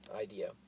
idea